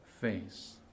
face